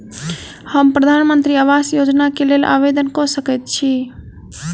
हम प्रधानमंत्री आवास योजना केँ लेल आवेदन कऽ सकैत छी?